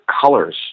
colors